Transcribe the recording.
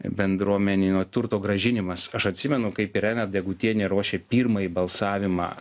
bendruomeninio turto grąžinimas aš atsimenu kaip irena degutienė ruošė pirmąjį balsavimą